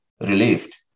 relieved